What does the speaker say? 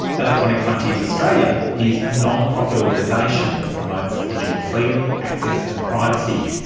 electronic frontiers australia is a non-profit organisation that promotes digital freedom, access and privacy.